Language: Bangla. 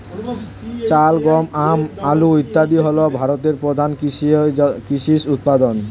চাল, গম, আম, আলু ইত্যাদি হল ভারতের প্রধান কৃষিজ উপাদান